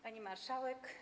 Pani Marszałek!